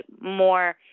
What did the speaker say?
more